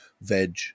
veg